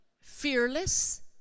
fearless